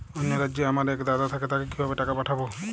অন্য রাজ্যে আমার এক দাদা থাকে তাকে কিভাবে টাকা পাঠাবো?